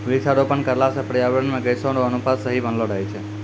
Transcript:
वृक्षारोपण करला से पर्यावरण मे गैसो रो अनुपात सही बनलो रहै छै